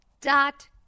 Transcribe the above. dot